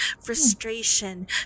frustration